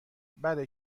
بله